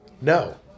No